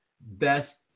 Best